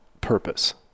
purpose